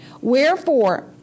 Wherefore